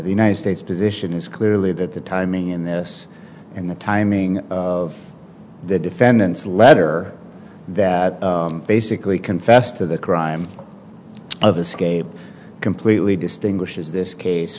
the united states position is clearly that the timing in this and the timing of the defendant's letter that basically confessed to the crime of escape completely distinguishes this case